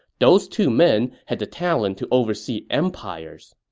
those two men had the talent to oversee empires.